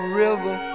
river